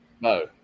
No